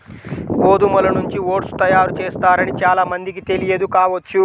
గోధుమల నుంచి ఓట్స్ తయారు చేస్తారని చాలా మందికి తెలియదు కావచ్చు